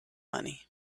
money